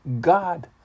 God